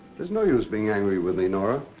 there's no use being angry with me, nora.